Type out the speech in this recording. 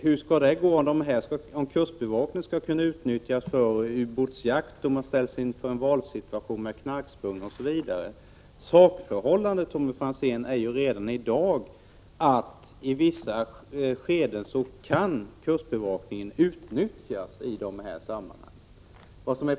Hur skall det gå om kustbevakningen skall kunna utnyttjas för ubåtsjakt och man ställs inför en valsituation när man samtidigt har att bekämpa knarksmuggling? undrade Tommy Franzén. Sakförhållandet, Tommy Franzén, är ju redan i dag att kustbevakningen i vissa skeden kan utnyttjas i de här sammanhangen.